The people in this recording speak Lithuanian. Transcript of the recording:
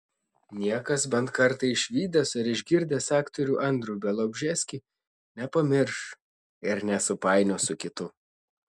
niekas bent kartą išvydęs ar išgirdęs aktorių andrių bialobžeskį nepamirš ir nesupainios su kitu